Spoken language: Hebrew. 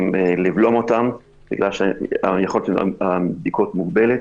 ולבלום אותה בגלל שיכולת הבדיקות מוגבלת.